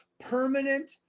permanent